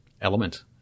element